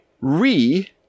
Re